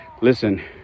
listen